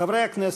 חברי הכנסת,